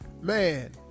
man